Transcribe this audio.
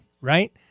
right